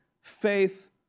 faith